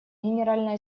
генеральной